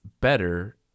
better